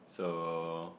so